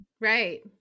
right